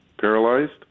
paralyzed